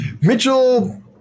mitchell